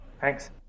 Thanks